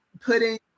putting